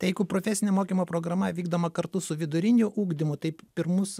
tai jeigu profesinio mokymo programa vykdoma kartu su viduriniu ugdymu taip mus